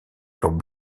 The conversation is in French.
furent